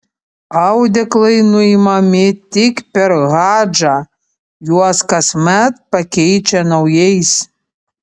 audeklai nuimami tik per hadžą juos kasmet pakeičia naujais